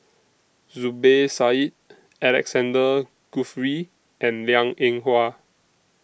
Zubir Said Alexander Guthrie and Liang Eng Hwa